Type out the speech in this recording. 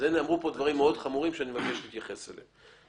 נאמרו כאן דברים מאוד חמורים שאני מבקש שתתייחס אליהם.